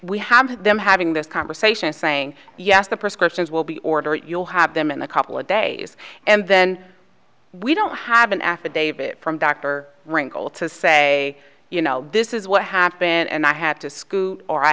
we have them having this conversation saying yes the prescriptions will be order you'll have them in a couple of days and then we don't have an affidavit from dr wrinkle to say you know this is what happened and i had to screw or i